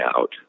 out